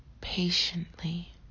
patiently